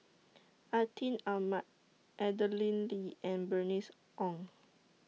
Atin Amat Madeleine Lee and Bernice Ong